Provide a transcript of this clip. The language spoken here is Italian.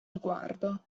sguardo